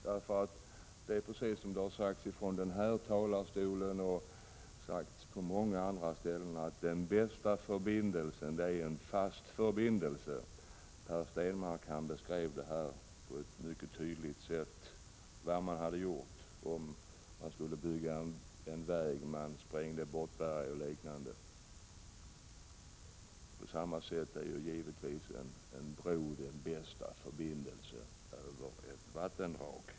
Det är nämligen sant som det har sagts från denna talarstol och på många andra håll, att den bästa förbindelsen är en fast förbindelse. Per Stenmarck beskrev på ett mycket tydligt sätt vad man hade gjort om man skulle ha byggt en väg — sprängt bort berg och liknande. På samma sätt är givetvis en bro den bästa förbindelsen över ett vattendrag.